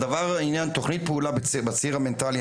תכנית פעולה בציר המנטלי,